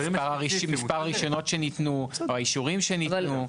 מספר הרישיונות שניתנו או האישורים שניתנו.